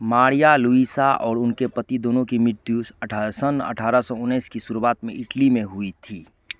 Maria Luisa और उनके पति दोनों की मृत्यु अठारह सौ सन अठारह सौ उन्नीस की शुरुआत में इटली में हुई थी